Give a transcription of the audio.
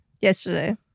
yesterday